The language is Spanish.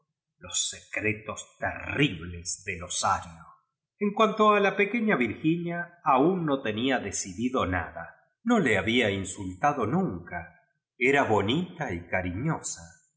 los secretos terri bles del osario en cuanto a la pequeña virginia aún no tenía decidido nada pacífico magazine xo le había insultado minea era bonita y cariñosa